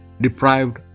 deprived